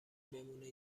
بمونه